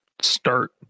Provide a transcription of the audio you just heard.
start